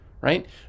right